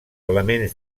elements